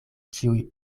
ĉiuj